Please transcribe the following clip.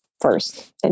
first